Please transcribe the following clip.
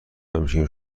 همیشگی